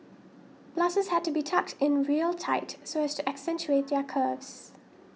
blouses had to be tucked in real tight so as to accentuate their curves